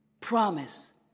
promise